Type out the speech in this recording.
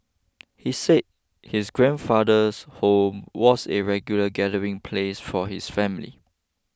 he said his grandfather's home was a regular gathering place for his family